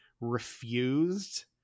refused